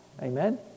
Amen